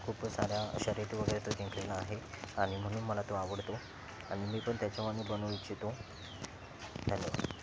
खूप साऱ्या शर्यती वगैरे तो जिंकलेला आहे आणि म्हणून मला तो आवडतो आणि मी पण त्याच्यावानी बनू इच्छितो धन्यवाद